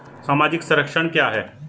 सामाजिक संरक्षण क्या है?